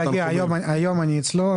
היום אני אצלו.